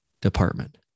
department